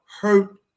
hurt